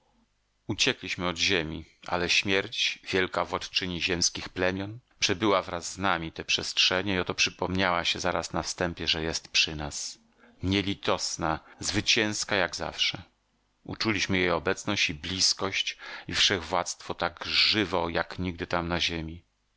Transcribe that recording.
zostanie uciekliśmy od ziemi ale śmierć wielka władczyni ziemskich plemion przebyła wraz z nami te przestrzenie i oto przypomniała się zaraz na wstępie że jest przy nas nielitosna zwycięska jak zawsze uczuliśmy jej obecność i blizkość i wszechwładztwo tak żywo jak nigdy tam na ziemi